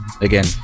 Again